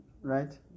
right